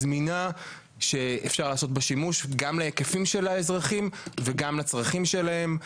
זמינה שאפשר לעשות בה שימוש גם להיקפים של האזרחים וגם לצרכים שלהם.